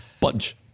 Punch